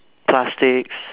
plastic